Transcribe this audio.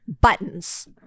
buttons